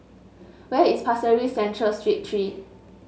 where is Pasir Ris Central Street Three